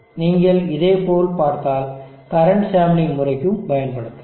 நீங்கள் இதே போல் பார்த்தால் கரண்ட் சாம்பிளிங் முறைக்கும் பயன்படுத்தலாம்